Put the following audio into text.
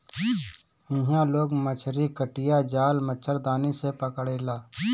इहां लोग मछरी कटिया, जाल, मछरदानी से पकड़ेला